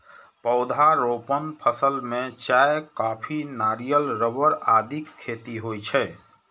पौधारोपण फसल मे चाय, कॉफी, नारियल, रबड़ आदिक खेती होइ छै